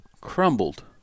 crumbled